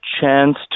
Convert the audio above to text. chance